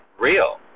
real